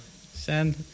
Send